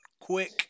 Quick